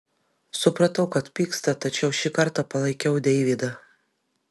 supratau kad pyksta tačiau šį kartą palaikiau deividą